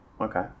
Okay